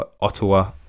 ottawa